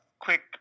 Quick